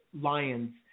lion's